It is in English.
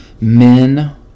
men